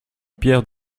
pierre